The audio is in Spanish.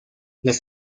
las